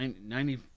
Ninety